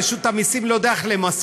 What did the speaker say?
רשות המסים לא יודעת איך למסות